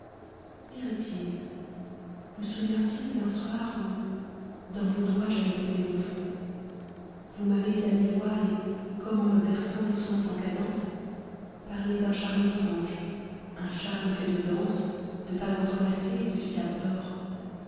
myrdhinn vous souvient-il d'un soir où dans vos doigts j'avais posé mon front vous m'avez à mi-voix et comme en me berçant doucement en cadence parlé d'un charme étrange un charme fait de danse de pas entrelacés et de syllabes d'or